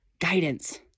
guidance